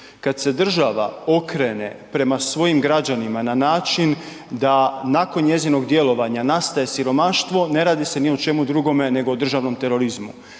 Kada se država okrene prema svojim građanima na način da nakon njezinog djelovanja nastaje siromaštvo ne radi se ni o čemu drugome nego o državnom terorizmu.